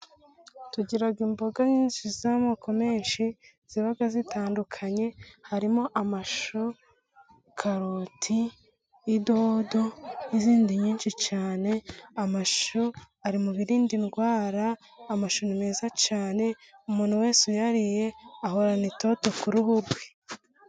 Tugira imboga nyinshi z'amoko menshi ziba zitandukanye, harimo amashu, karoti, idodo n'izindi nyinshi cyane. Amashu ari mu birinda indwara, amashu ni meza cyane, umuntu wese uyariye, ahorana itoto ku ruhu rwe.